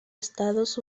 estados